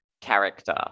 character